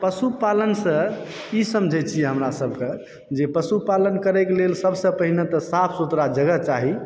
पशु पालन सऽ ई समझै छियै हमरा सबके जे पशु पालन करैके लेल सब सऽ पहिने तऽ साफ सुथरा जगह चाही